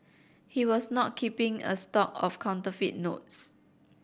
he was not keeping a stock of counterfeit notes